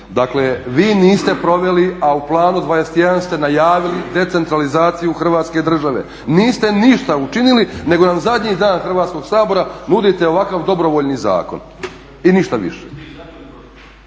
Dakle, vi niste proveli, a u Planu 21 ste najavili decentralizaciju Hrvatske države. Niste ništa učinili, nego nam zadnji dan Hrvatskog sabora nudite ovakav dobrovoljni zakon. I ništa više.